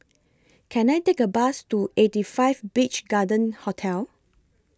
Can I Take A Bus to eighty five Beach Garden Hotel